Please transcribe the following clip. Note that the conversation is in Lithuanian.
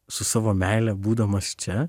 su savo meile būdamas čia